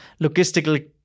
logistical